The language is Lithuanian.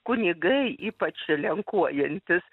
kunigai ypač lenkuojantys